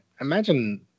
imagine